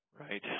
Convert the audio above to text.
Right